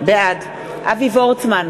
בעד אבי וורצמן,